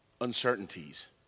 uncertainties